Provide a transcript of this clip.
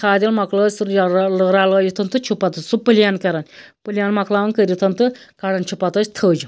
کھاد ییٚلہِ مۄکلٲو رَلٲیِتھ تہٕ چھُ پَتہٕ سُہ پلین کران پلین مۄکلاوان کٔرِتھ تہٕ کَڑان چھِ پَتہٕ أسۍ تھٔج